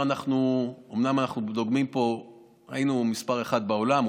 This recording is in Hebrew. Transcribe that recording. אומנם היינו מספר אחת בעולם,